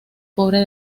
pobre